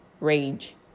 rage